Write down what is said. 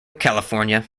california